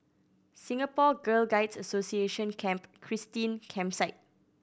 Singapore Girl Guides Association Camp Christine Campsite